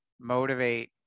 motivate